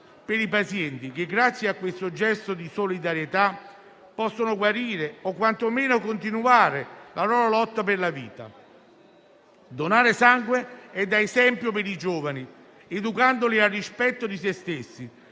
per i pazienti, che grazie a questo gesto di solidarietà possono guarire o, quantomeno, continuare la loro lotta per la vita. Donare sangue è un esempio per i giovani e li educa al rispetto di se stessi,